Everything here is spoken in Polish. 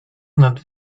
nad